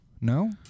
No